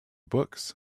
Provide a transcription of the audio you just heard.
books